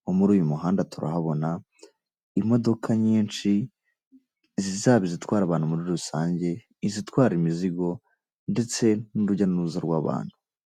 Nko muri uyu muhanda turahabona imodoka nyinshi zaba izitwara abantu muri rusange, izitwara imizigo ndetse n'urujya n'uruza rw'abantu.